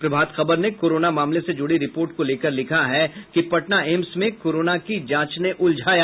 प्रभात खबर ने कोरोना मामले से जुड़ी रिपोर्ट को लेकर लिखा है कि पटना एम्स में कोरोना की जांच ने उलझाया